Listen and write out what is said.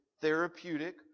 therapeutic